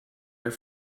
der